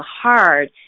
hard